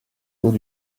hauts